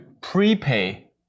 prepay